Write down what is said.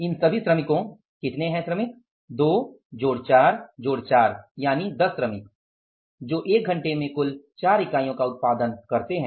इन सभी श्रमिकों कितने श्रमिक 2 जोड़ 4 जोड़ 4 10 श्रमिक उन्होंने एक घंटे में कुल 4 इकाइयों का उत्पादन किया है